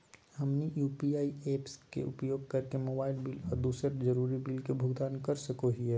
हमनी UPI apps के उपयोग करके मोबाइल बिल आ दूसर जरुरी बिल के भुगतान कर सको हीयई